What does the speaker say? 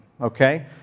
okay